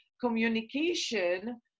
Communication